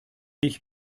ich